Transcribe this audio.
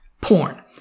porn